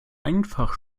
einfach